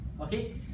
Okay